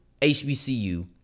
HBCU